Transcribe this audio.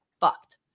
fucked